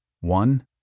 One